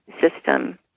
system